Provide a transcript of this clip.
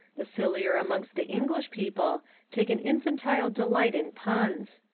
the sillier amongst the english people take an infantile delight in puns.